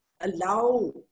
allow